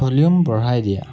volume বঢ়াই দিয়া